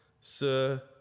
Sir